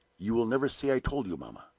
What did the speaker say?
you will never say i told you, mamma?